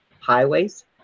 highways